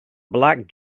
black